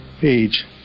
page